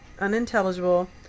unintelligible